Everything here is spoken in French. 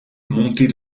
montée